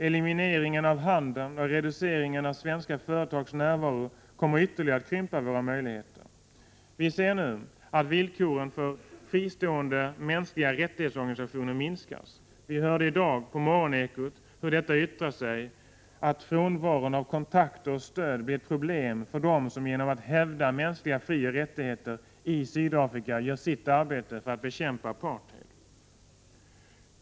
Elimineringen av handeln och reduceringen av svenska företags närvaro kommer att ytterligare krympa våra möjligheter. Vi ser nu att 57 villkoren för fristående organisationer för mänskliga rättigheter skärps. Vi hörde i dag på Morgonekot hur detta yttrar sig. Frånvaron av kontakter och stöd blir ett problem för dem som genom att hävda mänskliga frioch rättigheter i Sydafrika gör sitt arbete för att bekämpa apartheid.